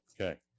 Okay